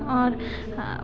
اور